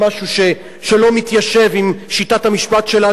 זה נראה משהו שלא מתיישב עם שיטת המשפט שלנו.